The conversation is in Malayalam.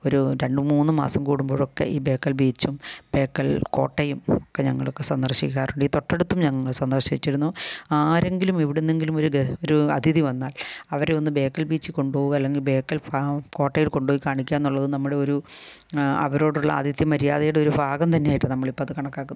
ഒരു രണ്ട് മുന്ന് മാസം കൂടുമ്പോഴൊക്കെ ഈ ബേക്കൽ ബീച്ചും ബേക്കൽ കോട്ടയും ഒക്കെ ഞങ്ങളൊക്കെ സന്ദർശിക്കാറുണ്ട് ഈ തൊട്ടടുത്തും ഞങ്ങൾ സന്ദർശിച്ചിരുന്നു ആരെങ്കിലും എവിടുന്നെങ്കിലും ഒരു ഗ ഒര് അതിഥി വന്നാൽ അവരെ ഒന്ന് ബേക്കൽ ബീച്ചിൽ കൊണ്ടുപോവുക അല്ലെങ്കിൽ ബേക്കൽ പ കോട്ടയിൽ കൊണ്ടുപോയി കാണിക്കുക എന്നുള്ളത് നമ്മുടെ ഒരു അവരോടുള്ള ആതിഥേയ മര്യാദയുടെ ഒരു ഭാഗം തന്നെയായിട്ട് നമ്മളിപ്പോൾ അത് കണക്കാക്കുന്നത്